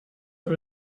for